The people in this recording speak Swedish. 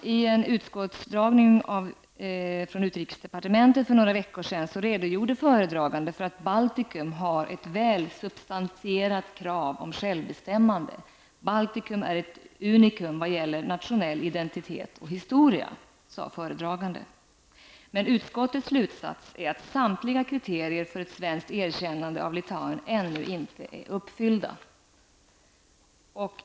Vid en föredragning inför utskottet för några veckor sedan redogjorde föredraganden från utrikesdepartementet för att Baltikum har ett väl substantierat krav på självbestämmande. Baltikum är ett unikum vad gäller nationell identitet och historia, sade föredraganden. Men utskottets slutsats är att samtliga kriterier för ett svenskt erkännande av Litauen ännu inte är uppfyllda.